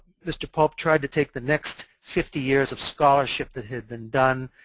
mr. pope tried to take the next fifty years of scholarship that had been done,